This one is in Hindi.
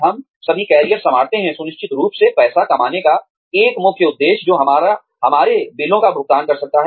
हम सभी करियर संवारते हैं निश्चित रूप से पैसा कमाने का एक मुख्य उद्देश्य जो हमारे बिलों का भुगतान कर सकता है